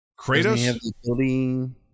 Kratos